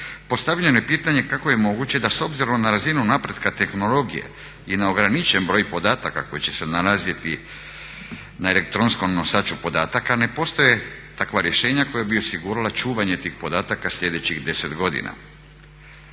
postavljeno je pitanje kako je moguće da s obzirom na razinu napretka tehnologije i neograničen broj podataka koji će se nalaziti na elektronskom nosaču podataka, ne postoje takva rješenja koja bi osigurala čuvanje tih podataka sljedećih 10 godina